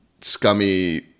scummy